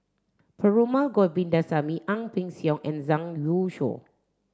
Perumal Govindaswamy Ang Peng Siong and Zhang Youshuo